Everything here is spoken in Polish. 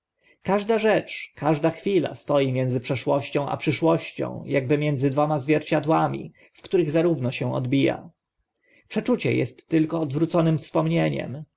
każda rzecz każda chwila stoi między przeszłością a przyszłością akby między dwoma zwierciadłami w których zarówno się odbija przeczucie est tylko odwróconym wspomnieniem